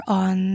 on